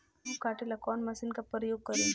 गेहूं काटे ला कवन मशीन का प्रयोग करी?